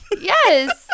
yes